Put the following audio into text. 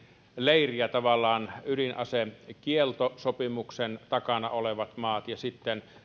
leiriä ydinasekieltosopimuksen takana olevat maat ja sitten